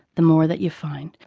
the more that you find.